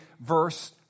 verse